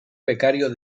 becario